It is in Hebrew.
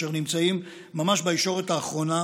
אשר נמצאים ממש בישורת האחרונה,